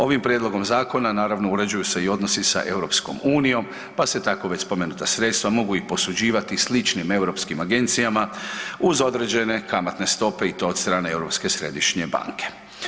Ovim prijedlogom zakona naravno određuju se i odnosi sa EU pa se tako već spomenuta sredstva mogu i posuđivati sličnim europskim agencijama uz određene kamatne stope i to do strane Europske središnje banke.